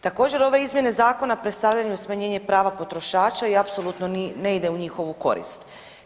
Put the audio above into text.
Također ove izmjene zakona predstavljaju smanjenje prava potrošača i apsolutno ne ide u njihovu korist.